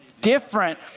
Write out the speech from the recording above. different